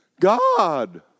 God